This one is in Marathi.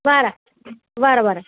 बरं बरं बरं